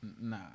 Nah